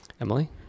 Emily